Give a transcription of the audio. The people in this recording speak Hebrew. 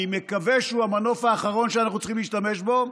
אני מקווה שהוא המנוף האחרון שאנחנו צריכים להשתמש בו.